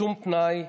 בשום תנאי,